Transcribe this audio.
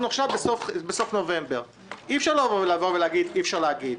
עכשיו בסוף נובמבר 2019. אי אפשר להגיד שאי אפשר להגיד.